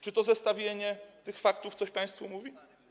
Czy zestawienie tych faktów coś państwu mówi?